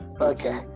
okay